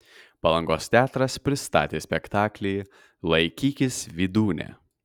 palangos teatras pristatė spektaklį laikykis vydūne